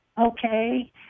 Okay